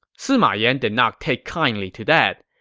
sima yan did not take kindly to that.